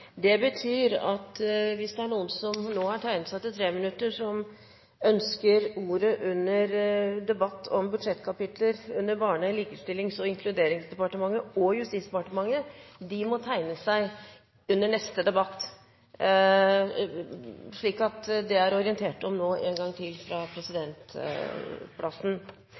Det betyr at hvis det er noen som nå har tegnet seg til 3 minutter som ønsker ordet under debatten om budsjettkapitler under Barne-, likestillings- og inkluderingsdepartementet og Justisdepartementet, må de tegne seg under neste debatt. Så er det orientert om dette en gang til fra presidentplassen.